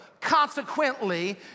Consequently